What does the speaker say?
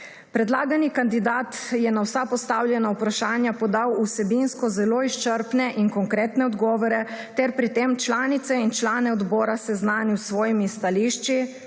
Predlagani kandidat je na vsa postavljena vprašanja podal vsebinsko zelo izčrpne in konkretne odgovore ter pri tem članice in člane odbora seznanil s svojimi stališči,